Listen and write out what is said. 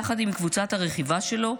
יחד עם קבוצת הרכיבה שלו,